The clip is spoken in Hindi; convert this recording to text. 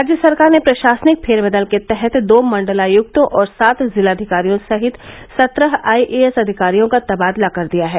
राज्य सरकार ने प्रषासनिक फेरबदल के तहत दो मण्डलायुक्तों और सात ज़िलाधिकारियों सहित सत्रह आई एएस अधिकारियों का तबादला कर दिया है